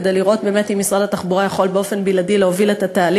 כדי לראות אם משרד התחבורה יכול להוביל באופן בלעדי את התהליך.